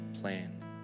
plan